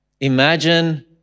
Imagine